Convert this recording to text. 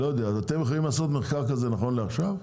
אתם יכולים לעשות מחקר כזה נכון לעכשיו?